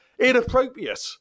inappropriate